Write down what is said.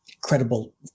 credible